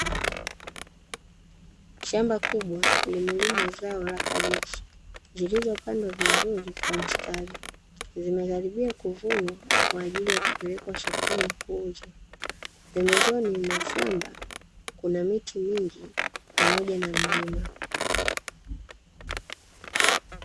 Shamba kubwa limelimwa zao la kabichi. zilizopandwa vizuri kwa mstari. Zimekaribia kuvunwa kwa ajili ya kupelekwa sokoni kuuzwa. Pembezoni mashamba kuna miti mingi pamoja na mlima.